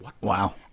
Wow